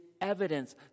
evidence